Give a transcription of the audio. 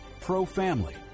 pro-family